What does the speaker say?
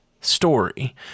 story